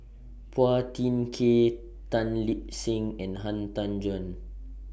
Phua Thin Kiay Tan Lip Seng and Han Tan Juan